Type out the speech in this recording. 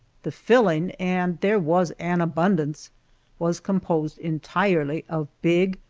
the filling and there was an abundance was composed entirely of big,